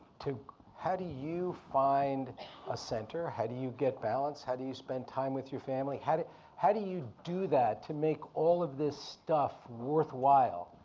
how do you find a center, how do you get balance, how do you spend time with your family? how do how do you do that to make all of this stuff worthwhile?